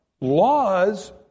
laws